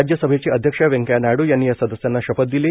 राज्यसभेचे अध्यक्ष व्यंकय्या नायडू यांनी या सदस्यांना शपथ दिली